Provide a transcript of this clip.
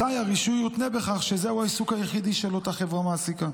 אזי הרישוי יותנה בכך שזהו העיסוק היחיד של אותה חברה מעסיקה.